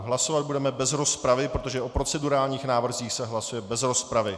Hlasovat budeme bez rozpravy, protože o procedurálních návrzích se hlasuje bez rozpravy.